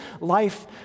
life